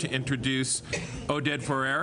(תרגום חופשי מהשפה האנגלית): שלום,